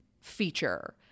feature